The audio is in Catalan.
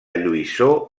lluïssor